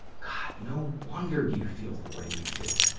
god, no wonder you feel the way you do.